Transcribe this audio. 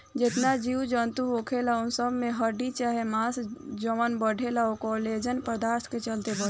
जेतना जीव जनतू होखेला उ सब में हड्डी चाहे मांस जवन बढ़ेला उ कोलेजन पदार्थ के चलते बढ़ेला